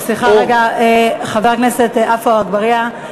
סליחה, חבר הכנסת עפו אגבאריה.